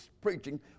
preaching